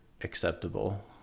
acceptable